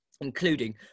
including